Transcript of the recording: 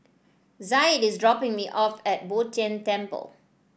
Zaid is dropping me off at Bo Tien Temple